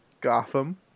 Gotham